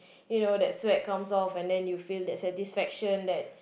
you know that sweat come off then you feel that satisfactions that